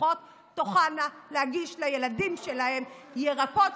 שמשפחות תוכלנה להגיש לילדים שלהן ירקות,